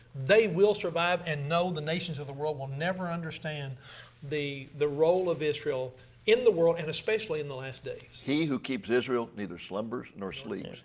they will survive. and no, the nations of the world will never understand the the role of israel in the world and especially in the last days. he who keeps israel neither slumbers nor sleep.